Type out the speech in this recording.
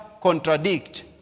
contradict